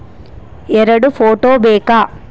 ಎರಡು ಫೋಟೋ ಬೇಕಾ?